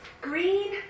Green